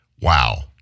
Wow